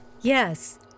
Yes